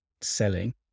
selling